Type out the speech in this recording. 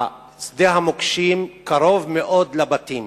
שדה המוקשים קרוב מאוד לבתים